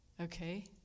Okay